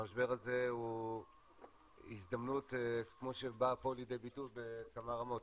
המשבר הזה הוא הזדמנות כמו שבאה פה לידי ביטוי בכמה רמות,